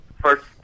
first